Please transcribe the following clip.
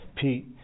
Pete